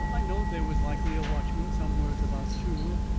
i knowed they was likely a watchman somewheres about, too.